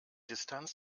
distanz